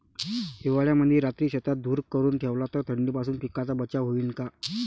हिवाळ्यामंदी रात्री शेतात धुर करून ठेवला तर थंडीपासून पिकाचा बचाव होईन का?